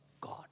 God